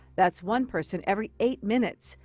that's one person every eight minutes.